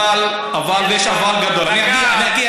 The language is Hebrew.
אבל, טוב, אני לא אפריע.